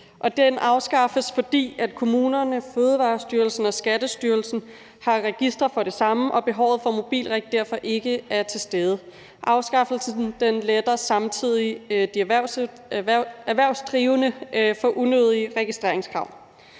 det afskaffes, fordi kommunerne, Fødevarestyrelsen og Skattestyrelsen har et register for det samme og behovet for MobiltReg derfor ikke er til stede. Afskaffelsen letter samtidig de erhvervsdrivende for unødige registreringskrav.